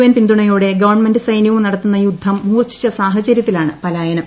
N പിന്തുണയോടെ government സൈനവും നടത്തുന്ന യുദ്ധം മൂർച്ഛിച്ച സാഹചരൃത്തിലാണ് പലായനം